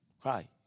cry